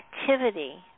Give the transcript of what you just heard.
activity